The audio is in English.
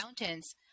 Mountains